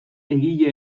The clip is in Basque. egile